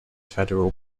federal